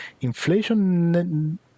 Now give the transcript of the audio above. inflation